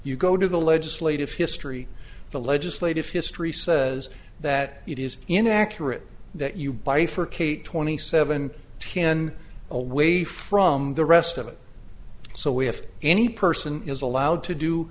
you go to the legislative history the legislative history says that it is inaccurate that you bifurcate twenty seven ten away from the rest of it so we have any person is allowed to do